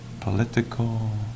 political